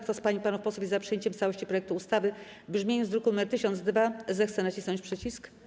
Kto z pań i panów posłów jest za przyjęciem w całości projektu ustawy w brzmieniu z druku nr 1002, zechce nacisnąć przycisk.